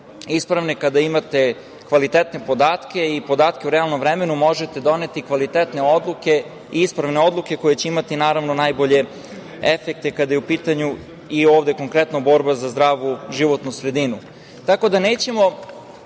ispravne, kada imate kvalitetne podatke i podatke u realnom vremenu, možete doneti kvalitetne odluke i ispravne odluke koje će imati najbolje efekte kada je u pitanju i ovde konkretno borba za zdravu životnu sredinu. Tako da, nećemo